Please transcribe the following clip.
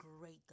great